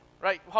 right